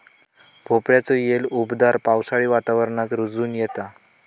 भोपळ्याचो येल उबदार पावसाळी वातावरणात रुजोन येता